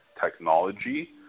technology